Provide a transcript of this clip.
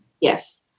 Yes